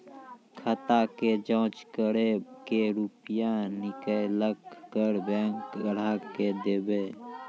खाता के जाँच करेब के रुपिया निकैलक करऽ बैंक ग्राहक के देब?